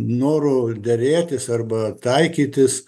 noru derėtis arba taikytis